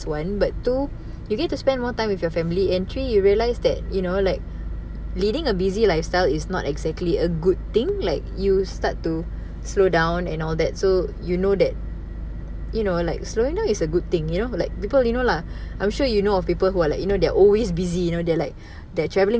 one but two you get to spend more time with your family and three you realize that you know like leading a busy lifestyle is not exactly a good thing like you start to slow down and all that so you know that you know like slowing down is a good thing you know like people you know lah I'm sure you know of people who are like you know they're always busy you know they're like they're traveling